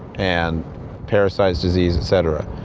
and parasites, disease, etc.